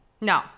No